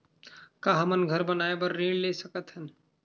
का हमन घर बनाए बार ऋण ले सकत हन?